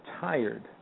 tired